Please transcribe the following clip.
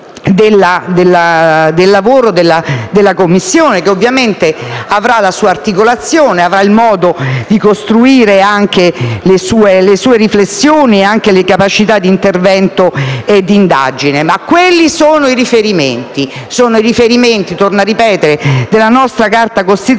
del lavoro della Commissione, che, ovviamente, avrà la sua articolazione, il suo modo di costruire le riflessioni, le capacità di intervento e di indagine; ma quelli sono i riferimenti, ovvero i riferimenti della nostra Carta costituzionale